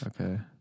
Okay